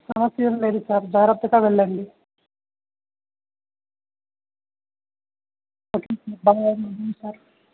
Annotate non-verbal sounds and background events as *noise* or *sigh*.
సమస్యం లేదు సార్ జార్రత్తగా వెళ్ళండి ఓకే సార్ *unintelligible*